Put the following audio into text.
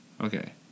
Okay